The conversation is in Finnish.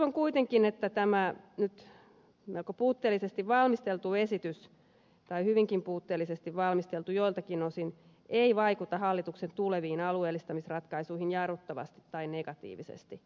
toivon kuitenkin että tämä nyt melko puutteellisesti valmisteltu esitys tai hyvinkin puutteellisesti valmisteltu joiltakin osin ei vaikuta hallituksen tuleviin alueellistamisratkaisuihin jarruttavasti tai negatiivisesti